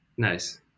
Nice